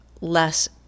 less